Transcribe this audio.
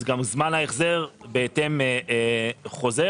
אז גם זמן ההחזר בהתאם חוזר.